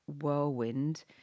whirlwind